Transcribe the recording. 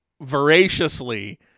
voraciously